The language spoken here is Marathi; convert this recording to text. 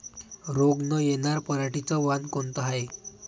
रोग न येनार पराटीचं वान कोनतं हाये?